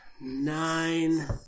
nine